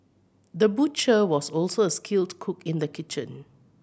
the butcher was also a skilled cook in the kitchen